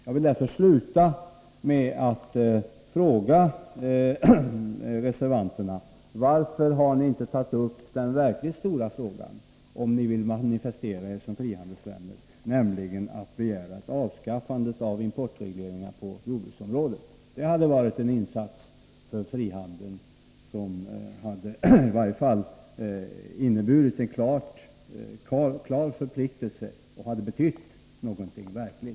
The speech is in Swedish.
Jag vill avsluta mitt anförande med att fråga reservanterna: Varför har ni inte tagit upp den verkligt stora saken, om ni vill manifestera er såsom frihandelsvänner, nämligen ett krav på avskaffande av importregleringarna på jordbrukets område? Det hade varit en insats för frihandeln som hade inneburit en klar förpliktelse och verkligen betytt någonting.